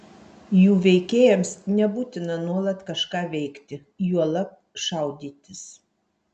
jų veikėjams nebūtina nuolat kažką veikti juolab šaudytis